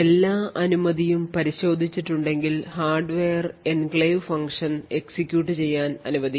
എല്ലാ അനുമതിയും പരിശോധിച്ചിട്ടുണ്ടെങ്കിൽ ഹാർഡ്വെയർ എൻക്ലേവ് ഫംഗ്ഷൻ എക്സിക്യൂട്ട് ചെയ്യാൻ അനുവദിക്കും